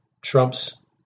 Trump's